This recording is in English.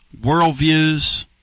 worldviews